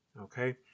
Okay